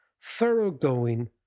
thoroughgoing